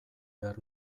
behar